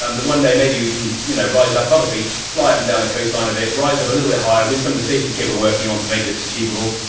um that one day maybe we can you know rise up above a beach, fly up and down the coastline of it, rise up a bit higher, with some of the safety kit we're working on to make this achievable.